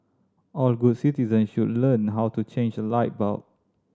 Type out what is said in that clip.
all good citizens should learn how to change a light bulb